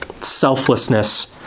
selflessness